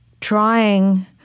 trying